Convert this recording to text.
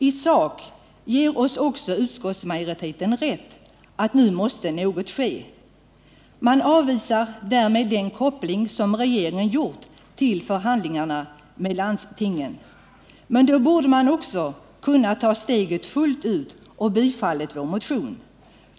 I sak ger oss också utskottsmajoriteten rätt i att nu måste något ske. Man avvisar därmed den koppling som regeringen gjort till förhandlingarna med landstingen. Men då borde man också ha kunnat ta steget fullt ut och biträda vår motion.